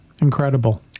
Incredible